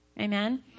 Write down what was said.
Amen